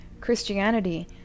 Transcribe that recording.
christianity